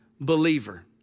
believer